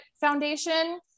foundation